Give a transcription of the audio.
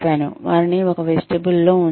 వారీని ఒక వెస్టిబ్యూల్లో ఉంచారు